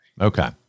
Okay